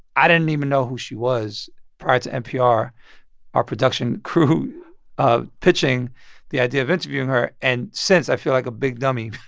i didn't even know who she was prior to npr our production crew pitching the idea of interviewing her. and since, i feel like a big dummy.